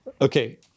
Okay